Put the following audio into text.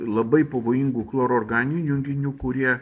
labai pavojingų chloro organinių junginių kurie